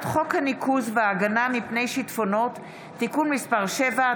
חוק הניקוז וההגנה מפני שיטפונות (תיקון מס' 7),